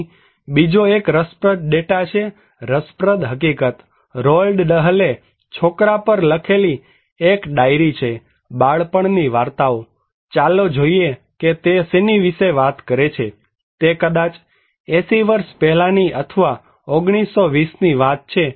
અહીં બીજો એક રસપ્રદ ડેટા છે રસપ્રદ હકીકત રોઅલ્ડ ડહલે છોકરા પર લખેલી એક ડાયરી છેબાળપણની વાર્તાઓ ચાલો જોઈએ કે તે શેની વિશે વાત કરે છેતે કદાચ 80 વર્ષ પહેલાની અથવા 1920 ની વાત છે